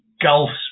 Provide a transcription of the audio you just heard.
gulfs